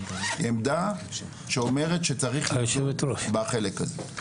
זו עמדה שאומרת שצריך לדון בחלק הזה.